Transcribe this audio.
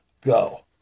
Go